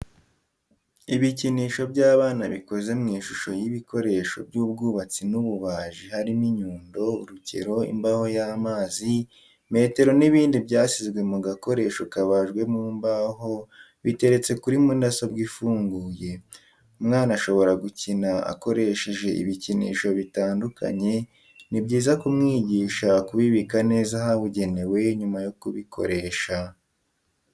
Ibikinisho by'abana bikoze mu ishusho y'ibikoresho by'ubwubatsi n'ububaji harimo inyundo, urukero, imbaho y'amazi, metero n'ibindi byashyizwe mu gakoresho kabajwe mu mbaho biteretse kuri mudasobwa ifunguye. umwana ashobora gukina akoresheje ibikinisho bitandukanye ni byiza kumwigisha kubibika neza ahabugenewe nyuma yo kubikoresha.